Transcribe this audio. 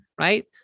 right